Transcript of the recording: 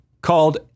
called